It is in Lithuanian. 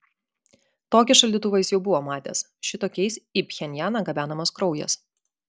tokį šaldytuvą jis jau buvo matęs šitokiais į pchenjaną gabenamas kraujas